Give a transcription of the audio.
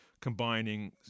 Combining